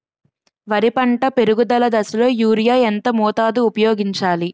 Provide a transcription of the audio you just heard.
వరి పంట పెరుగుదల దశలో యూరియా ఎంత మోతాదు ఊపయోగించాలి?